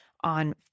on